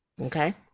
Okay